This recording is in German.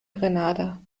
grenada